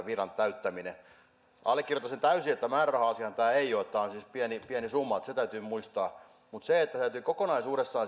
viran täyttäminen uudelleen allekirjoitan sen täysin että määräraha asiahan tämä ei ole tämä on siis pieni pieni summa niin että se täytyy muistaa mutta siellä ketjussa täytyy kokonaisuudessaan